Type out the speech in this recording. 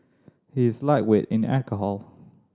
he is lightweight in alcohol